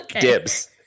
dibs